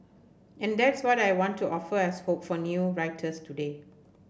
and that's what I want to offer as hope for new writers today